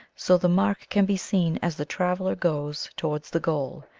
so the mark can be seen as the traveler goes towards the goal,